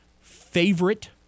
favorite